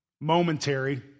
momentary